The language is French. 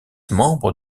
membres